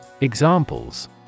Examples